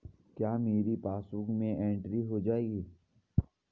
क्या मेरी पासबुक में एंट्री हो जाएगी?